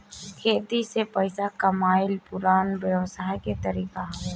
खेती से पइसा कमाइल पुरान व्यवसाय के तरीका हवे